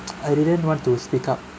I didn't want to speak up